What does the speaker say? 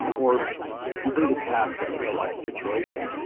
um or complete a task in a real-life situation.